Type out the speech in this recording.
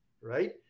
right